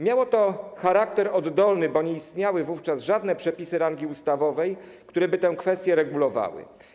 Miało to charakter oddolny, bo nie istniały wówczas żadne przepisy rangi ustawowej, które by tę kwestię regulowały.